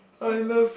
oh oh